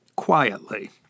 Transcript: Quietly